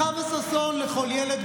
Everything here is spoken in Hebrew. הינה.